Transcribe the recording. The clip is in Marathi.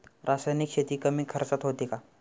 रासायनिक शेती कमी खर्चात होते का?